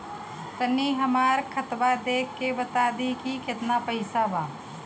तनी हमर खतबा देख के बता दी की केतना पैसा बा?